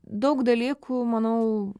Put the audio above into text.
daug dalykų manau